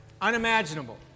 unimaginable